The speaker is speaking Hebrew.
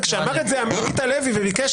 וכאשר אמר את זה עמית הלוי וביקש